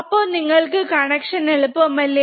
അപ്പോ നിങ്ങൾക് കണക്ഷൻ എളുപ്പമല്ലേ